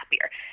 happier